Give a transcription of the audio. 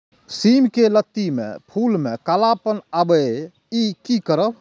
सिम के लत्ती में फुल में कालापन आवे इ कि करब?